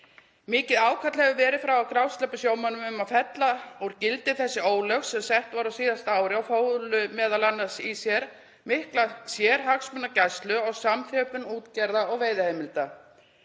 Mikið ákall hefur verið frá grásleppusjómönnum um að fella úr gildi þessi ólög sem sett voru á síðasta ári og fólu m.a. í sér mikla sérhagsmunagæslu og samþjöppun útgerða og veiðiheimilda.